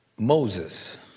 Moses